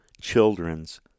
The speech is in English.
children's